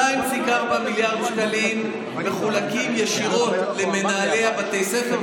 2.4 מיליארד שקלים מחולקים ישירות למנהלי בתי הספר,